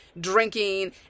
drinking